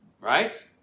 Right